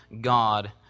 God